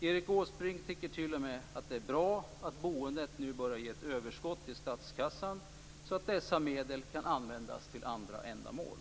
Erik Åsbrink tycker t.o.m. att det är bra att boendet nu börjar ge ett överskott till statskassan, så att dessa medel kan användas till andra ändamål.